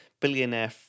billionaire